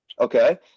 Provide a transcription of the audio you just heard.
Okay